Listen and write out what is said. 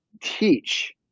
teach